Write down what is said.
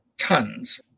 tons